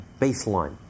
baseline